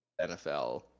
NFL